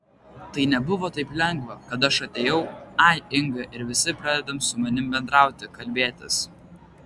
tai nebuvo taip lengva kad aš atėjau ai inga ir visi pradeda su mani bendrauti kalbėtis